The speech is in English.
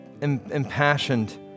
impassioned